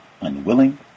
unwilling